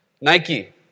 Nike